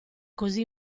così